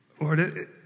Lord